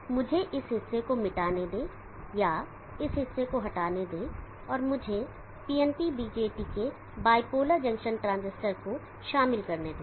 तो मुझे इस हिस्से को मिटाने दें या इस हिस्से को हटाने दें और मुझे PNP BJT के बाइपोलर जंक्शन ट्रांजिस्टर को शामिल करने दें